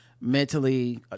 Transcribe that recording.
mentally